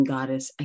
Goddess